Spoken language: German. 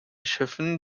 schiffen